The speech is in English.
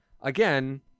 again